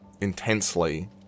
intensely